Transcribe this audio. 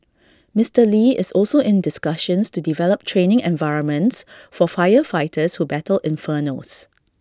Mister lee is also in discussions to develop training environments for firefighters who battle infernos